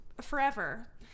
forever